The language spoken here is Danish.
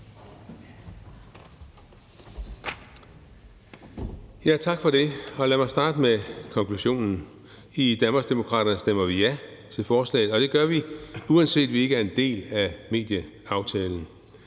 Tak for det. Lad mig starte med konklusionen: I Danmarksdemokraterne stemmer vi ja til forslaget. Det gør vi, selv om vi ikke er en del af medieaftalen,